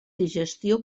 digestió